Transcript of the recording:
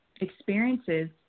experiences